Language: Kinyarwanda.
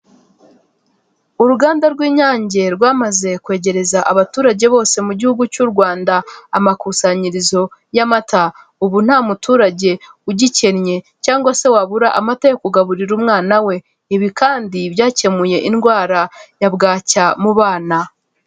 Uruganda rw'inyange rwamaze kwegereza abaturage bose mu gihugu cy'u Rwanda amakusanyirizo y'amata, ubu nta muturage ugikennye cyangwa se wabura amata yo kugaburira umwana we, ibi kandi byakemuye indwara ya bwacya mu bana.